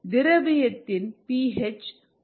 திரவியத்தின் P H குறையும்